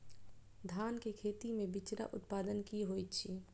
धान केँ खेती मे बिचरा उत्पादन की होइत छी?